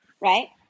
right